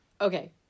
Okay